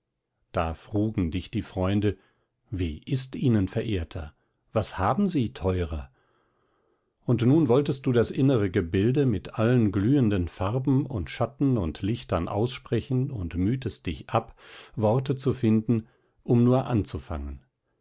da frugen dich die freunde wie ist ihnen verehrter was haben sie teurer und nun wolltest du das innere gebilde mit allen glühenden farben und schatten und lichtern aussprechen und mühtest dich ab worte zu finden um nur anzufangen